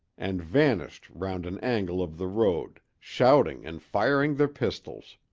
and vanished round an angle of the road, shouting and firing their pistols.